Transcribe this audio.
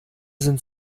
sind